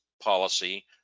policy